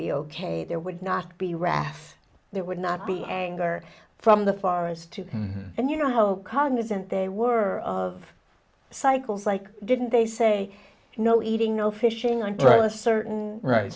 be ok there would not be raff there would not be anger from the forest too and you know how cognizant they were of cycles like didn't they say no eating no fishing on trial a certain right